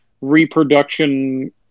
reproduction